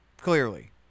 Clearly